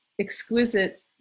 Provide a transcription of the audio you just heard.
exquisite